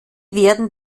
werden